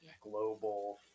global